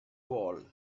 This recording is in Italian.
vol